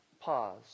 Pause